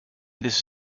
this